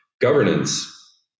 governance